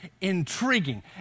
intriguing